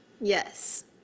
Yes